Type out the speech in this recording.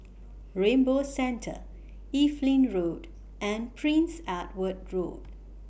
Rainbow Centre Evelyn Road and Prince Edward Road